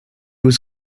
was